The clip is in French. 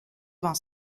vingt